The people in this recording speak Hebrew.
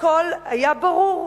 הכול היה ברור,